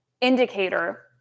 indicator